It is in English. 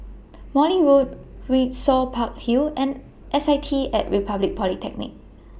Morley Road Windsor Park Hill and S I T At Republic Polytechnic